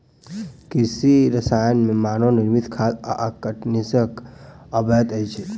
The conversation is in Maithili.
कृषि रसायन मे मानव निर्मित खाद आ कीटनाशक अबैत अछि